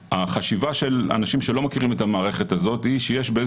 החשיבה של אנשים שלא מכירים את המערכת הזאת היא שיש באיזה